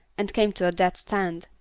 and came to a dead stand.